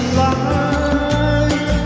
life